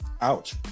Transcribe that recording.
Ouch